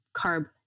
carb